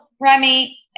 Remy